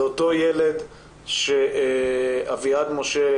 זה אותו ילד שאביעד משה,